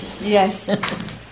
Yes